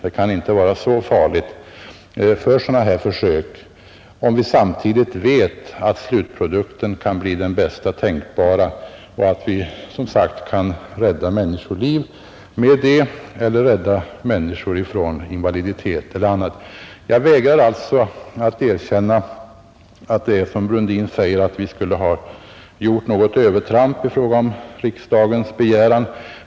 Det kan inte vara så farligt för sådana här försök, om vi samtidigt vet att slutprodukten kan bli den bästa tänkbara och att vi som sagt kan rädda människoliv eller rädda människor från invaliditet. Jag vägrar alltså att erkänna att vi, som herr Brundin säger, skulle ha gjort något övertramp i fråga om riksdagens begäran.